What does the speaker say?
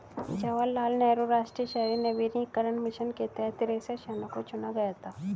जवाहर लाल नेहरू राष्ट्रीय शहरी नवीकरण मिशन के तहत तिरेसठ शहरों को चुना गया था